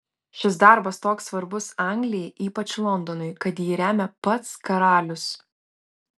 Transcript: šis darbas toks svarbus anglijai ypač londonui kad jį remia pats karalius